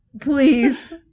please